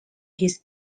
his